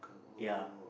ya